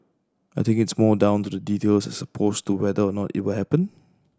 I think it's more down to the details as opposed to whether or not it will happen